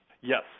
yes